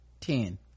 Ten